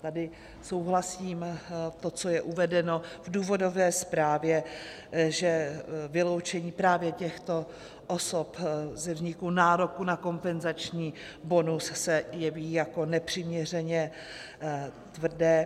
Tady souhlasím s tím, co je uvedeno v důvodové zprávě, že vyloučení právě těchto osob ze vzniku nároku na kompenzační bonus se jeví jako nepřiměřeně tvrdé.